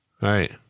Right